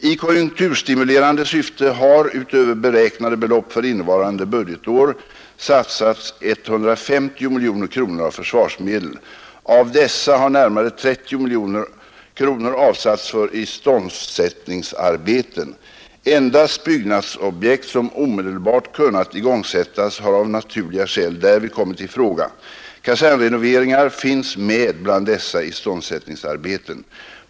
I konjunkturstimulerande syfte har utöver beräknade belopp för innevarande budgetår satsats 150 miljoner kronor av försvarsmedel. Av dessa har närmare 50 miljoner kronor avsatts för iståndsättningsarbeten. Endast byggnadsobjekt som omedelbart kunnat igångsättas har av naturliga skäl därvid kommit i fråga. Kasernrenoveringar finns med bland dessa iståndsättningsarbeten.